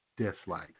dislike